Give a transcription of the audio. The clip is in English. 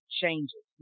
changes